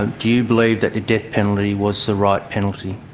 ah do believe that the death penalty was the right penalty?